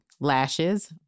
lashes